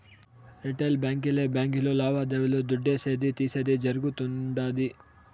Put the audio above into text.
retail బాంకీలే బాంకీలు లావాదేవీలు దుడ్డిసేది, తీసేది జరగుతుండాది